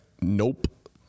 Nope